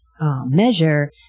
measure